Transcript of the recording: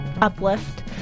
uplift